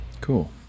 Cool